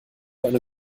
eine